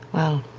well,